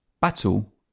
Battle